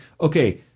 okay